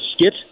skit